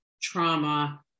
trauma